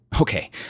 Okay